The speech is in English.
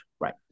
Right